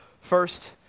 First